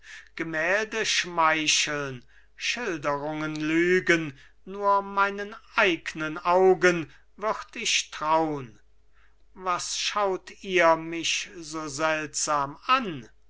gemälde schmeicheln schilderungen lügen nur meinen eignen augen würd ich traun was schaut ihr mich so seltsam an